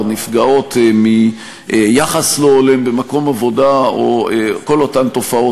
נפגעות מיחס לא הולם במקום עבודה או כל אותן תופעות,